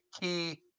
key